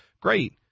Great